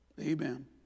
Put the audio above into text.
Amen